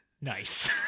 Nice